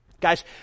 Guys